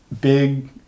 big